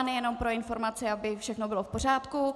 Jenom pro informaci, aby všechno bylo v pořádku.